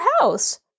house